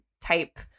type